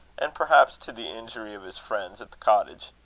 and perhaps to the injury of his friends at the cottage.